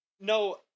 No